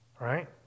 Right